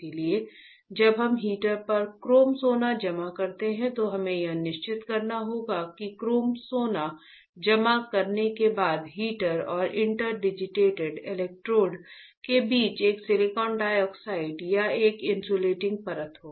इसलिए जब हम हीटर पर क्रोम सोना जमा करते हैं तो हमें यह सुनिश्चित करना होगा कि क्रोम सोना जमा करने के बाद हीटर और इंटरडिजिटेटेड इलेक्ट्रोड के बीच एक सिलिकॉन डाइऑक्साइड या एक इन्सुलेटिंग परत हो